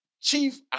chief